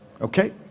Okay